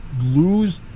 lose